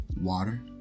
water